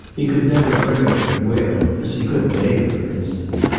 he could never bring her at will, as he could david, for instance.